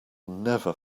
never